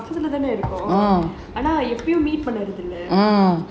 பக்கத்துலதான இருக்கோம் ஆனா எப்பயும்:pakkathula thana irukom aanaa eppayum meet பண்றது இல்ல:pandrathu illa